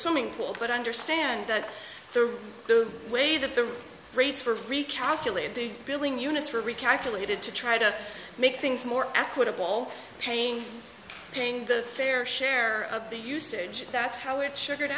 swimming pool but understand that the way that the rates for recalculate the billing units are recalculated to try to make things more equitable paying paying the fair share of the usage that's how it should